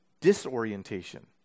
disorientation